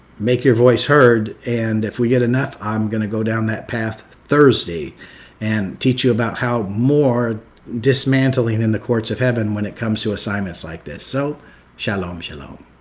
make your voice heard. and if we get enough, i'm going to go down that path thursday and teach you about how more dismantling in the courts of heaven when it comes to assignments like this. so shalom, shalom.